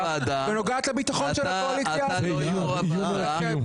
ונוגעת לביטחון של הקואליציה --- איום על הקיום.